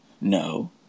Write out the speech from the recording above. No